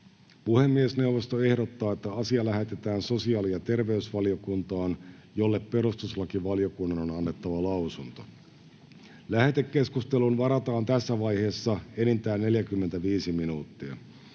Puhemiesneuvosto ehdottaa, että asia lähetetään sosiaali- ja terveysvaliokuntaan, jolle perustuslakivaliokunnan on annettava lausunto. Lähetekeskusteluun varataan tässä vaiheessa enintään 45 minuuttia.